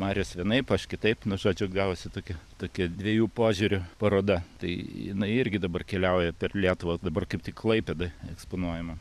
marius vienaip aš kitaip nu žodžiu gavosi tokia tokia dviejų požiūrių paroda tai jinai irgi dabar keliauja per lietuvą dabar kaip tik klaipėdoj eksponuojama